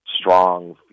strong